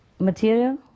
Material